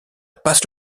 passe